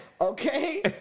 Okay